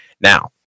Now